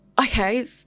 okay